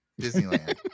Disneyland